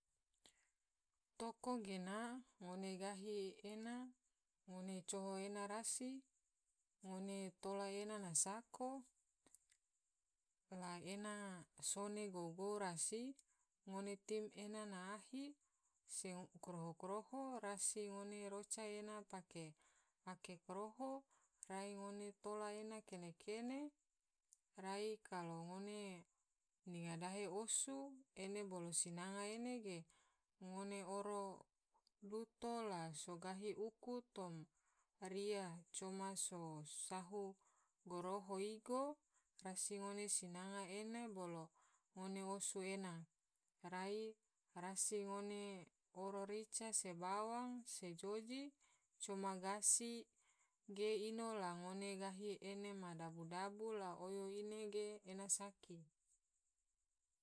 Toko gena ngone gahi ena ngone coho ena rasi, ngone tola ena ma sako la ena sone gou gou rasi, ngone tim ena ma ahi se koroho koroho, rasi ngone roca ena pake ake koroho rai ngone tola ene kene kene rai kalo ngone nyinga dahe osu ene bolo sinanga ene ge ngone oro luto la so gahi uku tom ria coma so sahu goroho igo rasi ngone sinanga ene bolo ngone osu ena, rai rasi ngone oro rica se bawang se joji coma gasi ge ino la ngone gahi ene na dabu dabu la ngone oyo ine ge ena saki.